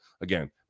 again